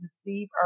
Steve